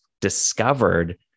discovered